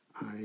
I